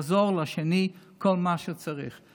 לעזור לשני בכל מה שהוא צריך.